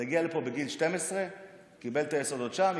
הוא הגיע לפה בגיל 12. קיבל את היסודות שם,